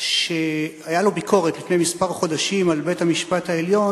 שהיתה לו לפני כמה חודשים ביקורת על בית-המשפט העליון